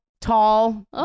tall